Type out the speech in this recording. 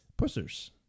pussers